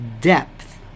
depth